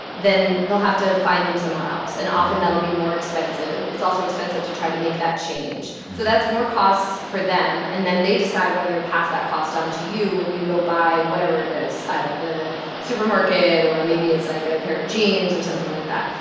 then they'll have to find them somewhere else. and, often, that'll be more expensive. it's also expensive to try to make that change. so that's more costs for them, and then they decide whether to pass that cost on to you when you go buy whatever it is at the supermarket. or maybe it's, like, a pair of jeans or something like that.